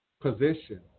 position